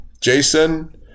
Jason